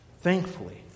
Thankfully